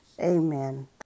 Amen